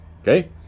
Okay